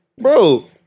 bro